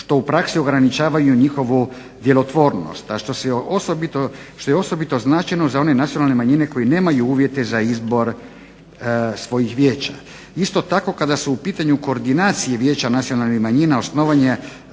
što u praksi ograničavaju njihovu djelotvornost, a što se osobito, što je osobito značajno za one nacionalne manjine koje nemaju izbor za svoja vijeća. Isto tako kada su u pitanju koordinacije vijeća nacionalnih manjina osnovane